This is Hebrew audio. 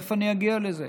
תכף אני אגיע לזה.